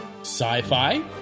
sci-fi